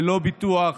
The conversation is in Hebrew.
ללא ביטוח,